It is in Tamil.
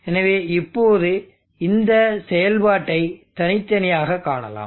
எனவே இப்போது இந்த செயல்பாட்டை தனித்தனியாகக் காணலாம்